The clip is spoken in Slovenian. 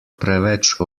preveč